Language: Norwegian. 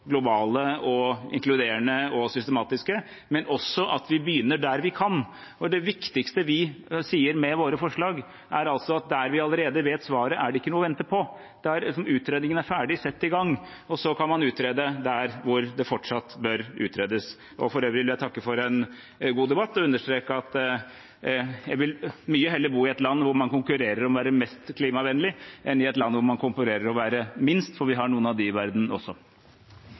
globale, inkluderende og systematiske, og også at vi begynner der vi kan. Det viktigste vi sier med våre forslag, er at der vi allerede vet svaret, er det ikke noe å vente på. Utredningen er ferdig, sett i gang! Og så kan man utrede der hvor det fortsatt bør utredes. For øvrig vil jeg takke for en god debatt og understreke at jeg mye heller vil bo i et land hvor man konkurrerer om å være mest klimavennlig, enn i et land hvor man konkurrerer om å være minst klimavennlig, for vi har noen av dem i verden også.